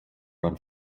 run